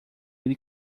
ele